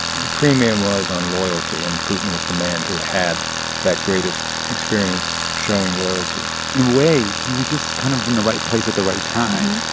the premium was on loyalty, and putin was the man who had that greatest experience showing loyalty in a way, he was just kind of in the right place at the right time.